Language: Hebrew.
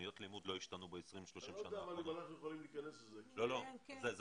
תוכניות הלימוד לא השתנות ב-20 30 שנה האחרונות - זה חשוב.